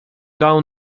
down